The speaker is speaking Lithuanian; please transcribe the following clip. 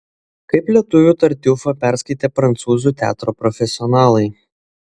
kaip lietuvių tartiufą perskaitė prancūzų teatro profesionalai